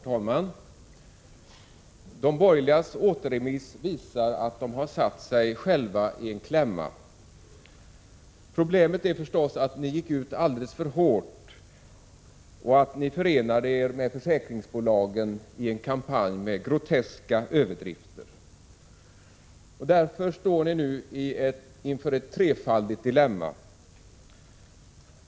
Herr talman! De borgerligas återremiss visar att de har satt sig i en klämma. Problemet är förstås att de gick ut alldeles för hårt och förenade sig med försäkringsbolagen i en kampanj med groteska överdrifter. Därmed står de nu inför ett trefaldigt dilemma.